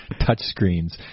Touchscreens